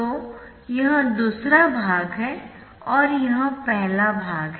तो यह दूसरा भाग है और यह पहला भाग है